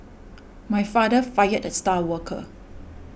my father fired the star worker